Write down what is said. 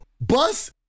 Bus